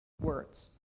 words